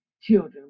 children